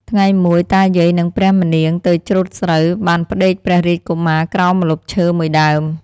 ថ្ងៃមួយ តាយាយ នឹងព្រះម្នាងទៅច្រូតស្រូវ បានផ្ដេកព្រះរាជកុមារក្រោមម្លប់ឈើ ១ដើម ។